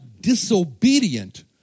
disobedient